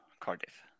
Cardiff